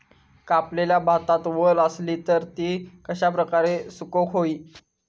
कापलेल्या भातात वल आसली तर ती कश्या प्रकारे सुकौक होई?